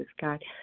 God